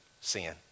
sin